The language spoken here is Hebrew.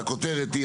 הכותרת היא,